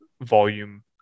volume